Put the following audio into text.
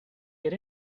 get